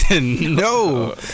No